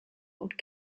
old